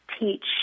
teach